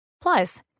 Plus